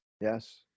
yes